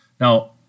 Now